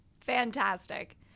Fantastic